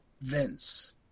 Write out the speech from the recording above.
Vince